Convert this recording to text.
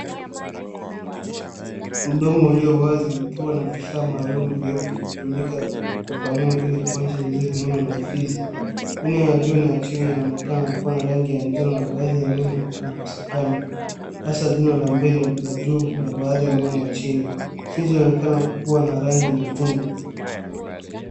Mdomo ulio wazi ukiwa na vifaa maalum vinavyotumika kupanua ili kuonyesha vizuri meno na ufizi. Meno ya juu na ya chini yanaonekana yakiwa na rangi ya manjano na baadhi ya meno kukosekana hasa jino la mbele na juu na baadhi ya meno ya chini. Ufizi unaonekana kuwa na rangi nyekundu.